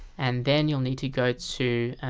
and then you'll need to go to